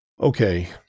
Okay